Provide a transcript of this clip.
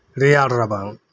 ᱨᱮᱭᱟᱲ ᱨᱟᱵᱟᱝ